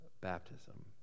Baptism